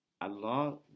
Allah